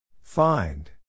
Find